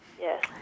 Yes